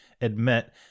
admit